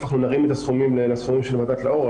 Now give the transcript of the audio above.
אנחנו נרים את הסכומים לסכומים של ועדת לאור.